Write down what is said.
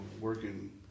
working